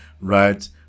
right